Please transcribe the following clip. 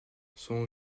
son